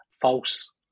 false